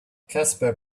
casper